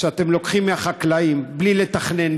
שאתם לוקחים מהחקלאים בלי לתכנן,